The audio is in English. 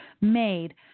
made